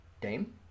Dame